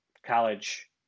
College